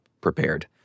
prepared